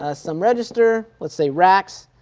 ah some register, let's say racks,